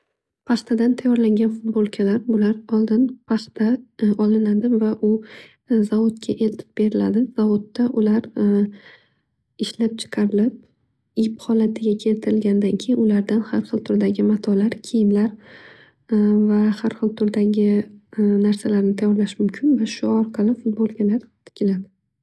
Paxtadan tayyorlangan futbolkalar bular oldin paxta olinadi va u zavodga eltib beriladi. Zavodda ular ishlab chiqarilib ip xolatiga keltirilganidan keyin ulardan xar xil turdagi matolar, kiyimlar va har xil turdgi narsalarni tayorlash mumkin. Va shu orqali futbolkalar tikiladi.